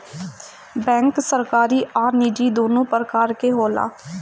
bank सरकारी आ निजी दुनु प्रकार के होला